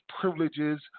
privileges